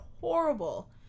horrible